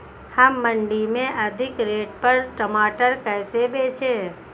हम मंडी में अधिक रेट पर टमाटर कैसे बेचें?